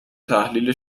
تحلیل